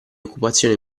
occupazione